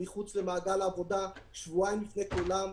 הם מחוץ למעגל העבודה שבועיים לפני כולם.